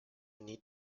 need